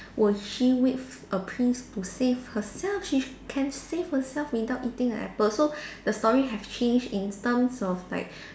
would she wait a prince to save herself she can save herself without eating the apple so the story have changed in terms of like